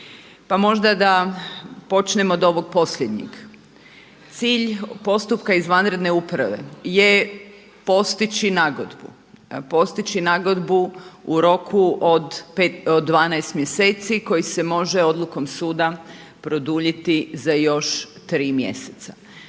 možda da počnemo od ovog posljednjeg. Cilj postupka izvanredne uprave je postići nagodbu, postići nagodbu u roku od 12 mjeseci koji se može odlukom suda produljiti za još tri mjeseca.